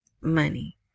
money